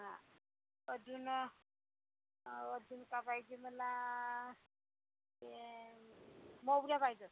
हा अजून अजून का पाहिजे मला ए मोहऱ्या पाहिजे